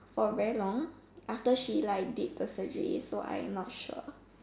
for very long after she like did the surgery so I'm not sure